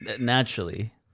Naturally